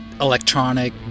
electronic